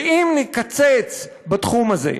ואם נקצץ בתחום הזה,